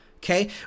Okay